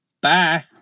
bye